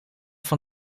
van